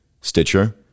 Stitcher